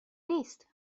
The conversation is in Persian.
نیست